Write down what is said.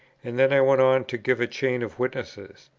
and then i went on to give a chain of witnesses.